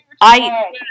I-